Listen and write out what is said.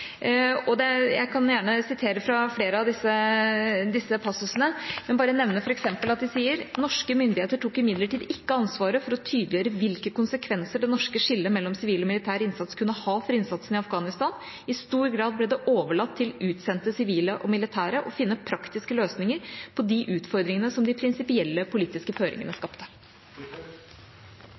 Jeg kan gjerne sitere fra flere av disse passusene. Jeg vil bare nevne, f.eks., at de sier: «Norske myndigheter tok imidlertid ikke ansvaret for å tydeliggjøre hvilke konsekvenser det norske skillet mellom sivil og militær innsats kunne ha for innsatsen i Afghanistan. I stor grad ble det overlatt til utsendte sivile og militære å finne praktiske løsninger på de utfordringene som de prinsipielle politiske føringene skapte.» Én ting er